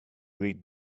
read